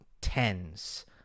tens